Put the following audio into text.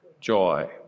joy